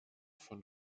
von